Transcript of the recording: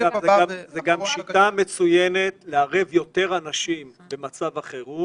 זו גם שיטה מצוינת לערב יותר אנשים במצב החירום